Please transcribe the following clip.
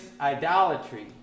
idolatry